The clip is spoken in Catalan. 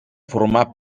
formar